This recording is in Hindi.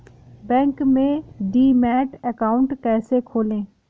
बैंक में डीमैट अकाउंट कैसे खोलें?